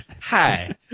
Hi